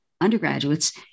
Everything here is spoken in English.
undergraduates